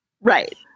Right